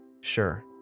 Sure